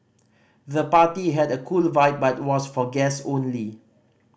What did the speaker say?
the party had a cool vibe but was for guests only